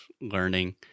learning